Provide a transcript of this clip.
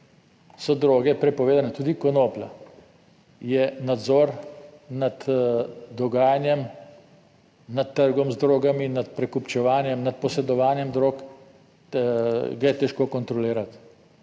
so droge prepovedane, tudi konoplja je nadzor nad dogajanjem, nad trgom z drogami, nad prekupčevanjem, nad posedovanjem drog, ga je težko kontrolirati